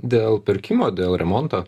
dėl pirkimo dėl remonto